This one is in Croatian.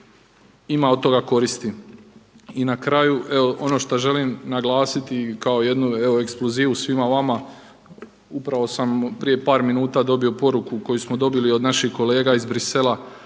ima od toga koristi. I na kraju ono što želim naglasiti kao jednu ekskluzivu svima vama, upravo sam prije par minuta dobio poruku koju smo dobili od naših kolega iz Bruxellesa,